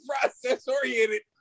process-oriented